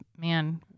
man